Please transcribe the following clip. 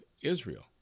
Israel